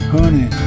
Honey